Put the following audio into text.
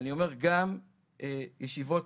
גם ישיבות